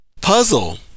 Puzzle